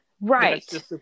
Right